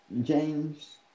James